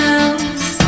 else